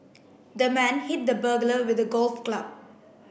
the man hit the burglar with a golf club